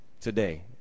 today